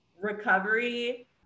recovery